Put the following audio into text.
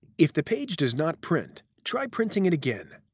if the page does not print, try printing it again.